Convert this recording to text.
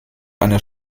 einer